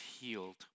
healed